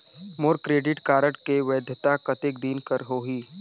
मोर credit card के वैधता कतेक दिन कर होही?